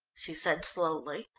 she said slowly.